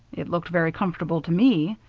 it looked very comfortable to me,